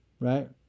Right